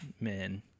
men